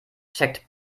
checkt